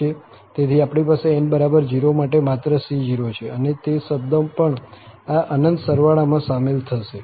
તેથી આપણી પાસે n બરાબર 0 માટે માત્ર c0 છે અને તે શબ્દ પણ આ અનંત સરવાળામાં સામેલ થશે